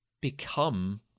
become